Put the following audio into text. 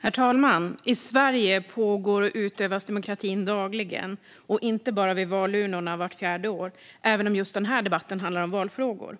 Herr talman! I Sverige pågår och utövas demokratin dagligen och inte bara vid valurnorna vart fjärde år, även om just den här debatten handlar om valfrågor.